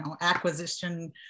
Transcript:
acquisition